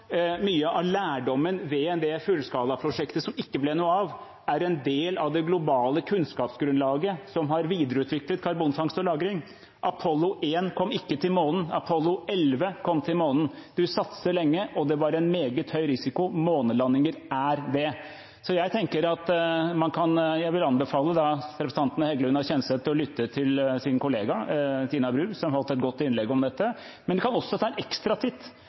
mye av lærdommen ved det fullskalaprosjektet som det ikke ble noe av, er en del av det globale kunnskapsgrunnlaget som har videreutviklet karbonfangst og -lagring. Apollo 1 kom ikke til månen, Apollo 11 kom til månen. Man satset lenge, og det var en meget høy risiko – månelandinger er det. Jeg vil anbefale representantene Heggelund og Kjenseth å lytte til sin kollega Tina Bru, som holdt et godt innlegg om dette, men de kan også ta en ekstra titt